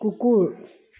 কুকুৰ